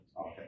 Okay